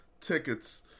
tickets